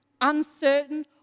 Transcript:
uncertain